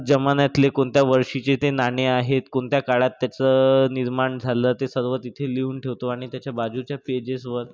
जमान्यातले कोणत्या वर्षीचे ते नाणे आहेत कोणत्या काळात त्याचं निर्माण झालं ते सर्व तिथे लिहून ठेवतो आणि त्याच्या बाजूच्या पेजेसवर